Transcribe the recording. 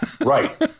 Right